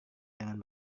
dengan